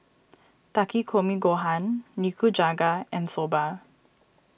Takikomi Gohan Nikujaga and Soba